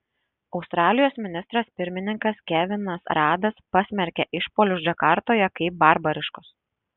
australijos ministras pirmininkas kevinas radas pasmerkė išpuolius džakartoje kaip barbariškus